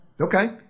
Okay